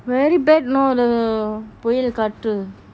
very bad know the புயல் காற்று:puyal kaatru